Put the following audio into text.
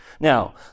Now